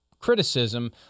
criticism